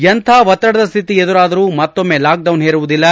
ಎಂತಹ ಒತ್ತಡದ ಸ್ವಿತಿ ಎದುರಾದರೂ ಮತ್ತೊಮ್ನೆ ಲಾಕ್ಡೌನ್ ಹೇರುವುದಿಲ್ಲ